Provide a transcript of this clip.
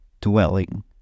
dwelling